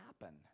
happen